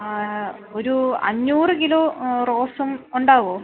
ഒരു അഞ്ഞൂറ് കിലോ റോസും ഉണ്ടാവോ